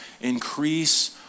increase